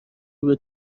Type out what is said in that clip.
روبه